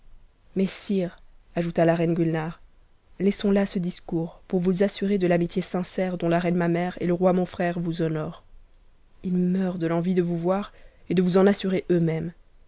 mais sire ajouta la reine gulnare laissons là ce discours pom v assurer do l'amitié sincère dont la reine ma mère et le roi mon frère von honorent ils meurent de l'envie de vous voir et de vous en assurer eui